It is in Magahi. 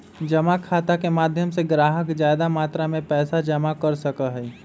जमा खाता के माध्यम से ग्राहक ज्यादा मात्रा में पैसा जमा कर सका हई